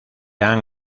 han